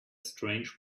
strange